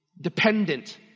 dependent